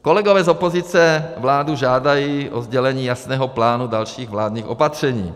Kolegové z opozice vládu žádají o sdělení jasného plánu dalších vládních opatření.